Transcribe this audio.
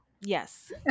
yes